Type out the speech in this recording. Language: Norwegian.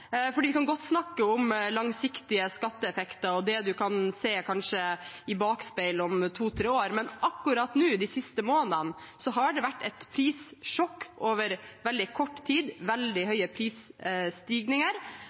kan godt snakke om langsiktige skatteeffekter og det man kanskje kan se i bakspeilet om to–tre år, men akkurat nå, de siste månedene, har det vært et prissjokk over veldig kort tid. Veldig